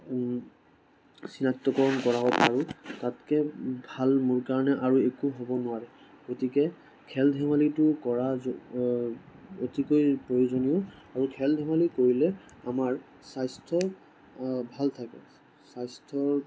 চিনাক্তকৰণ কৰাব পাৰোঁ তাতকৈ ভাল মোৰ কাৰণে আৰু একো হ'ব নোৱাৰে গতিকে খেল ধেমালিটো কৰা অতিকৈ প্ৰয়োজনীয় আৰু খেল ধেমালি কৰিলে আমাৰ স্বাস্থ্য ভাল থাকে স্বাস্থ্য